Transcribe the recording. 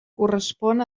correspon